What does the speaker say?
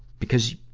because,